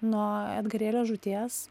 nuo edgarėlio žūties